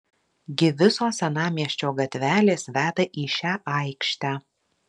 gi visos senamiesčio gatvelės veda į šią aikštę